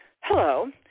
hello